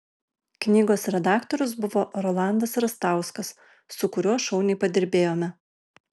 knygos redaktorius buvo rolandas rastauskas su kuriuo šauniai padirbėjome